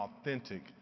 authentic